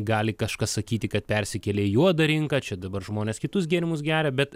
gali kažkas sakyti kad persikėlė į juodą rinką čia dabar žmonės kitus gėrimus geria bet